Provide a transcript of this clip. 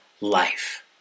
life